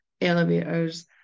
elevators